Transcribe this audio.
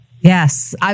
Yes